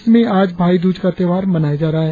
देश में आज भाई दूज का त्योहार मनाया जा रहा है